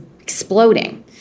exploding